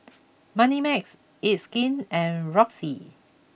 Moneymax it's skin and roxy